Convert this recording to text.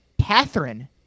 Catherine